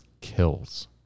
kills